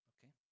Okay